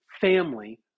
family